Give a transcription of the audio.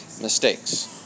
mistakes